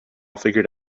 figured